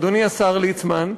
אדוני השר ליצמן,